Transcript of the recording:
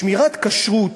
שמירת כשרות